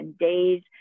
days